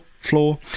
floor